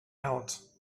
out